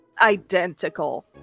identical